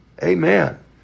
Amen